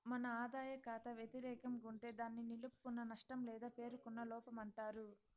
మన ఆదాయ కాతా వెతిరేకం గుంటే దాన్ని నిలుపుకున్న నష్టం లేదా పేరుకున్న లోపమంటారు